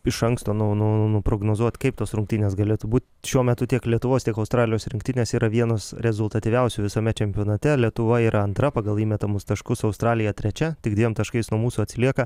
iš anksto nu nu nuprognozuot kaip tos rungtynės galėtų būt šiuo metu tiek lietuvos tiek australijos rinktinės yra vienos rezultatyviausių visame čempionate lietuva yra antra pagal įmetamus taškus australija trečia tik dviem taškais nuo mūsų atsilieka